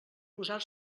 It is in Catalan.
posar